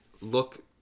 look